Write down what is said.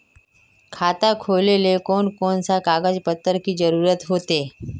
खाता खोलेले कौन कौन सा कागज पत्र की जरूरत होते?